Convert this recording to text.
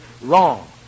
wrong